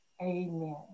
Amen